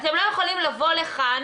אתם לא יכולים לבוא לכאן